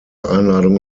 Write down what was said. einladung